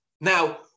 Now